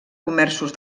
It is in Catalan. comerços